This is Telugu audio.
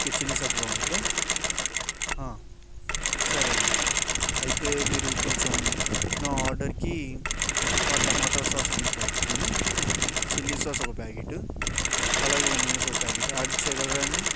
ఓకే చిల్లీ సాస్ బావుంటుందా సరే అండి అయితే మీరు కొంచెం నా ఆర్డర్కి ఆ టమాటో సాస్ రెండు ప్యాకెట్లను చిల్లీ సాస్ ఒక ప్యాకెట్ అలాగే ఒక మయోనీస్ ఒక ప్యాకెట్ యాడ్ చేయగలరా అండి